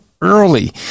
early